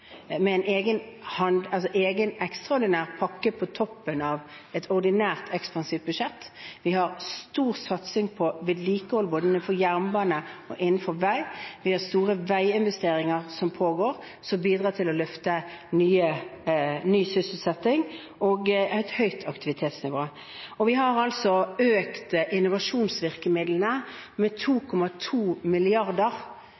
med en egen ekstraordinær pakke på toppen av et ordinært ekspansivt budsjett. Vi har stor satsing på vedlikehold innenfor både jernbane og vei. Vi har store veiinvesteringer som pågår, som bidrar til ny sysselsetting og et høyt aktivitetsnivå. Vi har altså økt innovasjonsvirkemidlene med